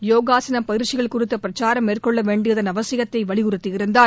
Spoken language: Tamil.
யோகாசனப் பயிற்சிகள் குறித்த பிரச்சாரம் மேற்கொள்ள வேண்டியதன் அவசியத்தை வலியுறுத்தி இருந்தார்